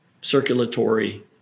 circulatory